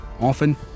often